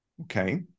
Okay